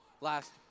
last